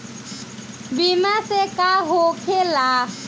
बीमा से का होखेला?